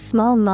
Small